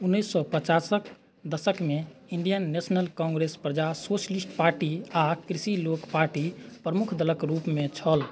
उन्नैस सए पचासक दशकमे Indian National Congress Praja Socialist Party आ कृषि लोक पार्टी प्रमुख दलक रूपमे छल